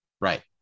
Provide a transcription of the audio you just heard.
Right